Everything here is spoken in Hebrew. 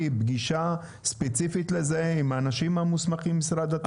פגישה ספציפית לזה עם האנשים המוסמכים במשרד התחבורה.